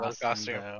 costume